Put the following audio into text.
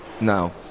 Now